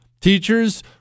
Teachers